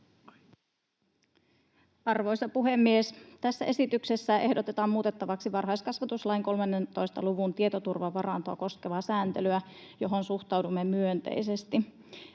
Arvoisa puhemies! Tässä esityksessä ehdotetaan muutettavaksi varhaiskasvatuslain 13 luvun tietoturvavarantoa koskevaa sääntelyä, mihin suhtaudumme myönteisesti.